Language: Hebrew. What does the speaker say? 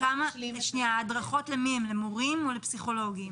למי ההדרכות, למורים או לפסיכולוגים?